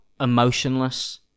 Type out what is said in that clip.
emotionless